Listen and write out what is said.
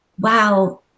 wow